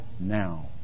now